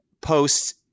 posts